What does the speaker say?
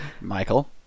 Michael